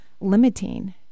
limiting